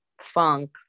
funk